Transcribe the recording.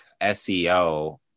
seo